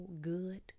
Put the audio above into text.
good